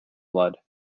blood